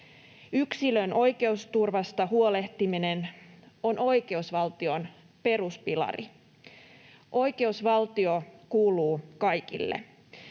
Yksilön oikeusturvasta huolehtiminen on oikeusvaltion peruspilari. Oikeusvaltio kuuluu kaikille.